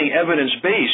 evidence-based